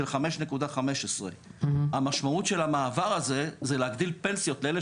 של 5.15%. המשמעות של הדבר הזה היא להגדיל פנסיות לאלה